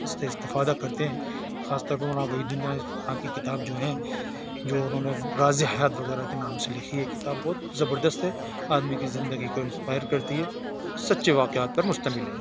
اس سے استفادہ کرتے ہیں خاص طور پر مولانا وحید الدین خان کی کتاب جو ہیں جو انہوں نے راز حیات وغیرہ کے نام سے لکھی ہے ایک کتاب بہت زبردست ہے آدمی کی زندگی کو انسپائر کرتی ہے سچے واقعات پر مشتمل ہے